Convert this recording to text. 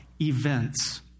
Events